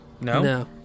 No